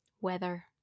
Weather